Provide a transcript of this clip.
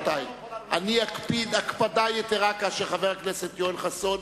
אני אקפיד הקפדה יתירה כאשר חברי הכנסת יואל חסון